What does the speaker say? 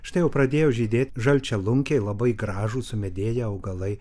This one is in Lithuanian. štai jau pradėjo žydėt žalčialunkiai labai gražūs sumedėję augalai